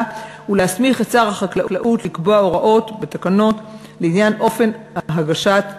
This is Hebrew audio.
ולהסמיך את שר החקלאות לקבוע הוראות בתקנות לעניין אופן הגשת בקשות,